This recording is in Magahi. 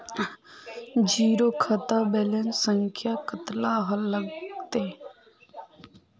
जीरो खाता बैलेंस संख्या कतला लगते?